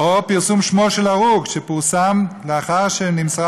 או פרסום שמו של הרוג שפורסם לאחר שנמסרה